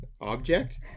Object